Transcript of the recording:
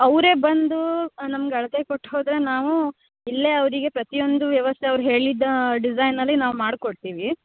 ಅವರೇ ಬಂದು ನಮ್ಗೆ ಅಳತೆ ಕೊಟ್ಟು ಹೋದ್ರೆ ನಾವು ಇಲ್ಲೇ ಅವರಿಗೆ ಪ್ರತಿಯೊಂದು ವ್ಯವಸ್ಥೆ ಅವ್ರು ಹೇಳಿದ ಡಿಸೈನಲ್ಲಿ ನಾವು ಮಾಡಿಕೊಡ್ತೀವಿ